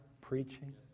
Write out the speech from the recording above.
preaching